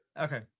Okay